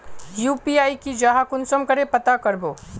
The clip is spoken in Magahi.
यु.पी.आई की जाहा कुंसम करे पता करबो?